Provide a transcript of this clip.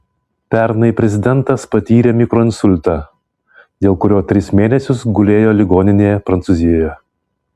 pernai prezidentas patyrė mikroinsultą dėl kurio tris mėnesius gulėjo ligoninėje prancūzijoje